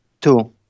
Two